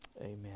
Amen